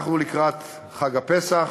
אנחנו לקראת חג הפסח,